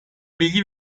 bilgi